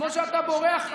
כמו שאתה בורח,